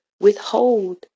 withhold